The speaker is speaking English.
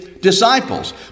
disciples